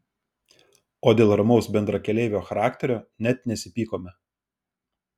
o dėl ramaus bendrakeleivio charakterio net nesipykome